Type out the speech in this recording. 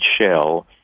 shell